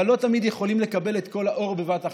אבל לא תמיד יכולים לקבל את כל האור בבת אחת,